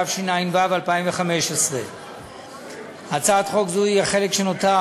התשע"ו 2015. הצעת חוק זו היא החלק שנותר